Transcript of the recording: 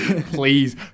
Please